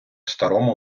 старому